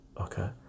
okay